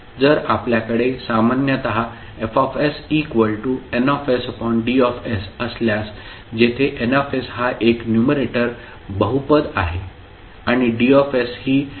जर आपल्याकडे सामान्यतः FsND असल्यास जेथे N हा एक न्युमरेटर बहुपद आहे आणि D ही डिनॉमिनेटर बहुपद आहे